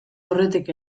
aurretik